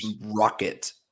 rocket